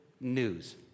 news